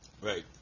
Right